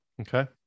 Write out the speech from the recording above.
Okay